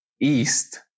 east